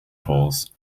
polls